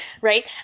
right